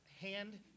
hand